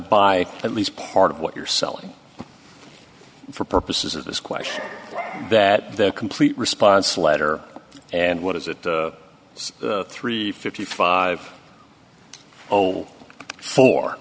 buy at least part of what you're selling for purposes of this question that the complete response letter and what is it through fifty five zero four